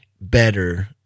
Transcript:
better